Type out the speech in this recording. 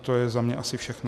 To je za mě asi všechno.